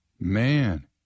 Man